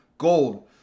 Gold